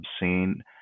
obscene